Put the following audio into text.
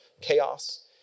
chaos